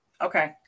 Okay